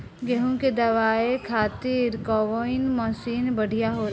गेहूँ के दवावे खातिर कउन मशीन बढ़िया होला?